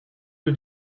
you